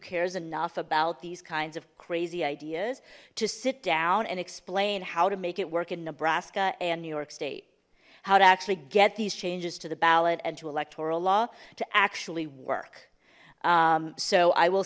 cares enough about these kinds of crazy ideas to sit down and explain how to make it work in nebraska and new york state how to actually get these changes to the ballot and to electoral law to actually work so i will